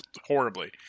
horribly